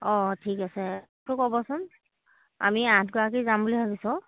অঁ ঠিক আছে ক'বচোন আমি আঠগৰাকী যাম বুলি ভাবিছোঁ